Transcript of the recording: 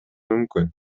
мүмкүн